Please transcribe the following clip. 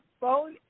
phone